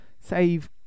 save